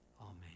Amen